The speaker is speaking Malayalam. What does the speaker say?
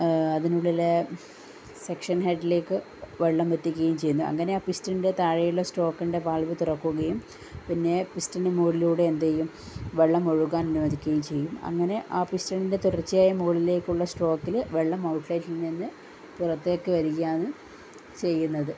അതിനുള്ളിലെ സെക്ഷൻ ഹെഡ്ഡിലേക്ക് വെള്ളം എത്തിക്കുകയും ചെയ്യുന്നു അങ്ങനെ ആ പിസ്റ്റണിൻ്റെ താഴെയുള്ള സ്റ്റോക്കിൻ്റെ വാൽവ് തുറക്കുകയും പിന്നെ പിസ്റ്റണിൻ്റെ മുകളിലൂടെ എന്ത് ചെയ്യും വെള്ളം ഒഴുകാൻ അനുവദിക്കുകയും ചെയ്യും അങ്ങനെ ആ പിസ്റ്റണിൻ്റെ തുടർച്ചയായ മുകളിലേക്കുള്ള സ്ട്രോക്കിൽ വെള്ളം ഔട്ട്ലെറ്റിൽ നിന്ന് പുറത്തേയ്ക്ക് വരികയാണ് ചെയ്യുന്നത്